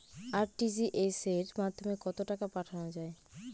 RTGS এর মাধ্যমে কত টাকা পাঠানো যায়?